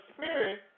spirit